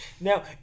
now